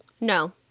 No